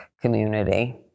community